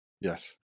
yes